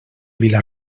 vila